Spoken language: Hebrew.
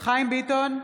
חיים ביטון,